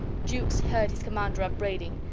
jukes heard his commander upbraiding.